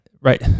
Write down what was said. Right